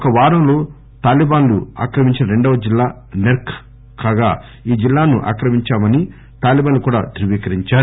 ఒక వారంలో తాలీబన్ లు ఆక్రమించిన రెండవ జిల్లా నెర్క్ కాగా ఈ జిల్హాను ఆక్రమించామని తాలీబన్ లు కూడా ధృవీకరించారు